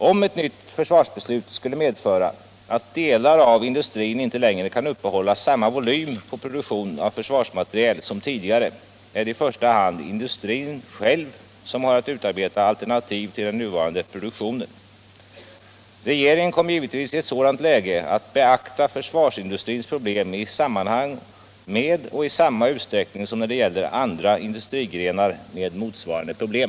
Om ett nytt försvarsbeslut skulle medföra att delar av industrin inte längre kan uppehålla samma volym på produktion av försvarsmateriel som tidigare är det i första hand industrin själv som har att utarbeta alternativ till den nuvarande produktionen. Regeringen kommer givetvis i ett sådant läge att beakta försvarsindustrins problem i sammanhang med och i samma utsträckning som när det gäller andra industrigrenar med motsvarande problem.